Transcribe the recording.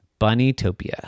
Bunnytopia